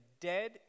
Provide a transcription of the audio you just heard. dead